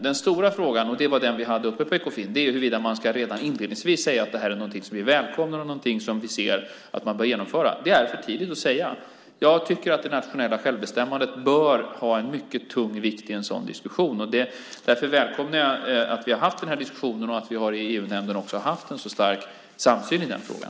Den stora frågan, och det var den som vi hade uppe på Ekofin, är huruvida man redan inledningsvis ska säga att detta är någonting som vi välkomnar och någonting som vi ser att man bör genomföra. Det är för tidigt att säga det. Jag tycker att det nationella självbestämmandet bör väga mycket tungt i en sådan diskussion. Därför välkomnar jag denna diskussion och den stora samsyn som vi har haft i EU-nämnden.